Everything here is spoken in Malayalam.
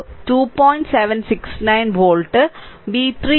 769 വോൾട്ട് v3 1